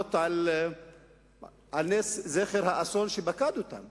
לעלות על נס את זכר האסון שפקד אותם